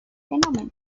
fenómeno